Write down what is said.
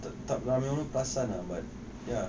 tak tak ramai orang perasan ah but ya